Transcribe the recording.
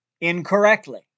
incorrectly